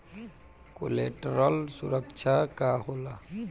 Collateral सुरक्षा का होला?